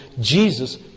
Jesus